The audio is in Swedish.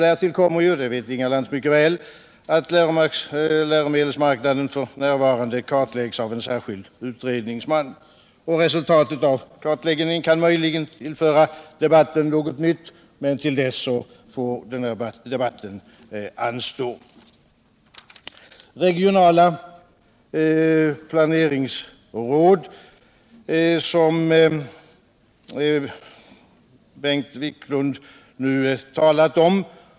Därtill kommer — och det vet Inga Lantz mycket väl — att läromedelsmarknaden f. n. kartläggs av en särskild utredningsman. Resultatet av kartläggningen kan möjligen tillföra debatten något nytt, men till dess får debatten anstå. Jag vill härefter säga några ord i anslutning till frågan om regionala planeringsråd som Bengt Wiklund nu talade om.